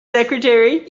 secretary